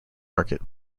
market